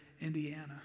Indiana